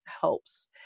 helps